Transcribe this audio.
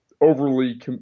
overly